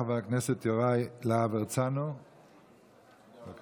חבר הכנסת יוראי להב הרצנו, בבקשה.